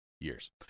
years